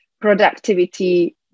productivity